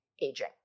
aging